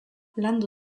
landu